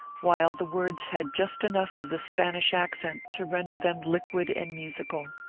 while the words had just enough of the spanish accent to render them liquid and musical.